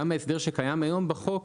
גם ההסדר שקיים היום בחוק,